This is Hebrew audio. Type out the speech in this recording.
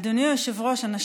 אדוני היושב-ראש, אתה